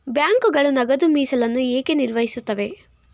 ಬ್ಯಾಂಕುಗಳು ನಗದು ಮೀಸಲನ್ನು ಏಕೆ ನಿರ್ವಹಿಸುತ್ತವೆ?